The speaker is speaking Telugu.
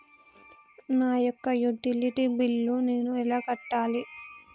నా యొక్క యుటిలిటీ బిల్లు నేను ఎలా కట్టాలి?